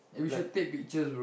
like